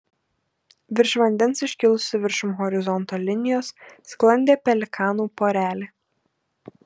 virš vandens iškilusi viršum horizonto linijos sklandė pelikanų porelė